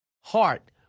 heart